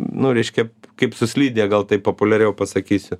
nu reiškia kaip su slide gal tai populiariau pasakysiu